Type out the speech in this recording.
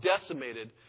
decimated